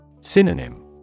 Synonym